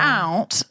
out